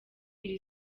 iri